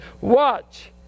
Watch